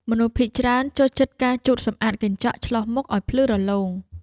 មនុស្សភាគច្រើនចូលចិត្តការជូតសម្អាតកញ្ចក់ឆ្លុះមុខឱ្យភ្លឺរលោង។